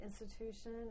institution